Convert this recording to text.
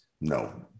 no